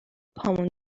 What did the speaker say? پامون